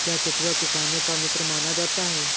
क्या केंचुआ किसानों का मित्र माना जाता है?